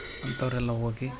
ಅಂಥವರೆಲ್ಲ ಹೋಗಿ